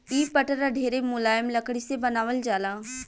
इ पटरा ढेरे मुलायम लकड़ी से बनावल जाला